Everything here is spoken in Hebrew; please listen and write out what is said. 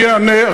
אני אענה.